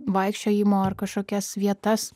vaikščiojimo ar kažkokias vietas